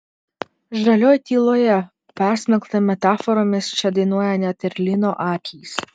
žalioj tyloje persmelkta metaforomis čia dainuoja net ir lino akys